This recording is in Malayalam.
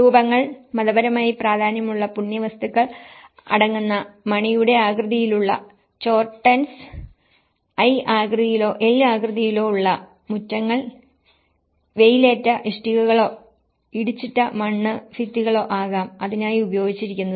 സ്തൂപങ്ങൾ മതപരമായി പ്രാധാന്യമുള്ള പുണ്യവസ്തുക്കൾ അടങ്ങുന്ന മണിയുടെ ആകൃതിയിലുള്ള ചോർട്ടൻസ് ഐ ആകൃതിയിലോ എൽ ആകൃതിയിലോ ഉള്ള മുറ്റങ്ങൾ വെയിലേറ്റ ഇഷ്ടികകളോ ഇടിച്ചിട്ട മണ്ണ് ഭിത്തികളോ ആകാം അതിനായി ഉപയോഗിച്ചിരിക്കുന്നത്